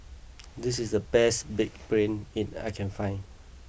this is the best big brain it I can find